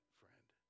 friend